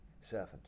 servant